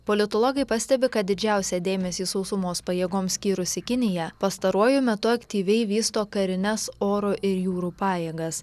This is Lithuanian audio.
politologai pastebi kad didžiausią dėmesį sausumos pajėgoms skyrusi kinija pastaruoju metu aktyviai vysto karines oro ir jūrų pajėgas